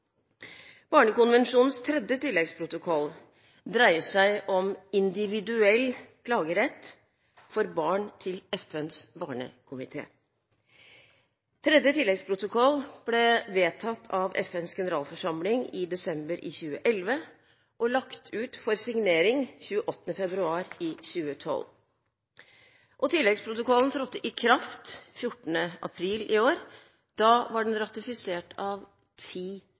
Barnekonvensjonens tredje tilleggsprotokoll dreier seg om individuell klagerett for barn til FNs barnekomité. Tredje tilleggsprotokoll ble vedtatt av FNs generalforsamling i desember 2011 og lagt ut for signering 28. februar 2012. Tilleggsprotokollen trådte i kraft 14. april i år. Da var den ratifisert av ti